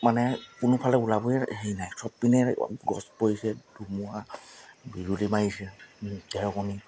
মানে কোনোফালে ওলাবই হেৰি নাই চবপিনে গছ পৰিছে ধুমুহা বিজুলী মাৰিছে ঢেৰেকনি